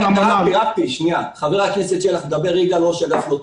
מדבר ראש אגף לוט"ר.